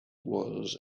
was